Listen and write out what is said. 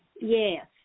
Yes